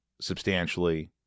substantially